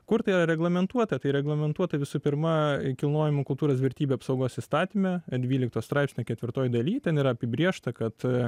kur tai yra reglamentuota tai reglamentuota visų pirma kilnojamų kultūros vertybių apsaugos įstatyme dvyliktas straipsnio ketvirtoj daly ten yra apibrėžta kad